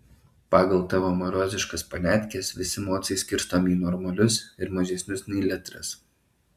pagal tavo maroziškas paniatkes visi mocai skirstomi į normalius ir mažesnius nei litras